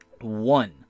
One